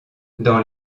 dans